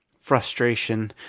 frustration